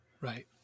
Right